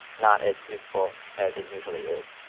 not as beautiful as it usually is.